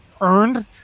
earned